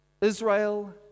Israel